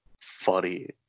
funny